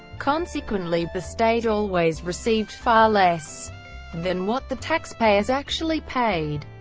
consequently, the state always received far less than what the taxpayers actually paid.